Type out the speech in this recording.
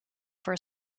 for